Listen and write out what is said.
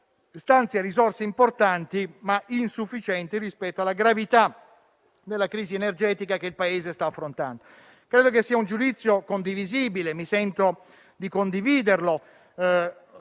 stanzia risorse importanti, ma insufficienti rispetto alla gravità della crisi energetica che il Paese sta affrontando. Credo che sia un giudizio condivisibile e mi sento di farlo,